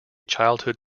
childhood